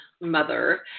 mother